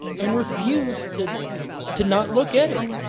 and refused to to not look at it.